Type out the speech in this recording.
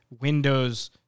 Windows